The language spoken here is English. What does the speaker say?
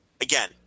again